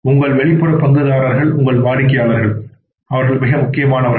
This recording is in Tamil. உங்கள் வெளிப்புற பங்குதாரர்கள் உங்கள் வாடிக்கையாளர்கள் மிக முக்கியமானவர்கள்